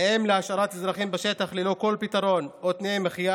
האם להשארת אזרחים בשטח ללא כל פתרון או תנאי מחיה?